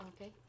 Okay